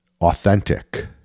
authentic